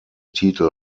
titel